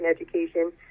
education